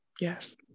Yes